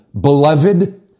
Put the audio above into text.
Beloved